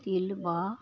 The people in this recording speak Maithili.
तिलबा